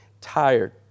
tired